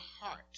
heart